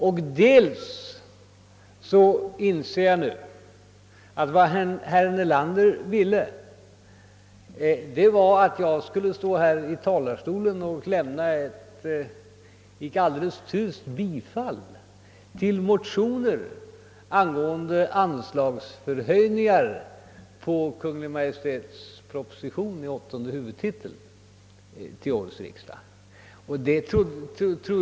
För det andra inser jag nu att vad herr Nelander ville var att jag här från talarstolen skulle lämna ett icke alldeles tyst bifall till motioner angående anslagsförhöjningar under åttonde huvudtiteln i Kungl. Maj:ts proposition nr 1 till årets riksdag.